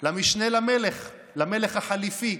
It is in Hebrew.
למשנה למלך, למלך החליפי.